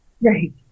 Right